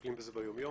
שמטפלים בזה ביום יום,